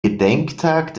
gedenktag